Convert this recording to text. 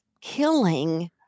killing